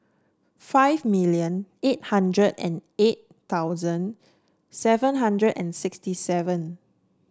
five million eight hundred and eight thousand seven hundred and sixty seven